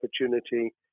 opportunity